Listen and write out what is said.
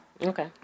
Okay